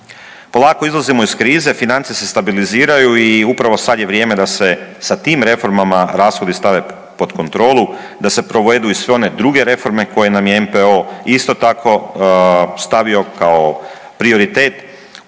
Polako izlazimo iz krize, financije se stabiliziraju i upravo sad je vrijeme da se sa tim reformama rashodi stave pod kontrolu, da se provedu i sve one druge reforme koje nam je MPO isto tako stavio kao prioritet,